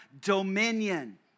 dominion